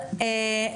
תדאג.